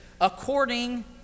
according